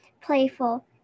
playful